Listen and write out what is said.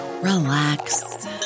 relax